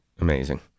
amazing